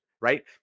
Right